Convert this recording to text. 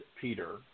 Peter